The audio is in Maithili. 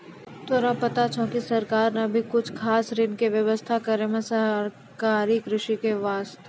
तोरा पता छौं कि सरकार नॅ भी कुछ खास ऋण के व्यवस्था करनॅ छै सहकारी कृषि के वास्तॅ